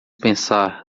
pensar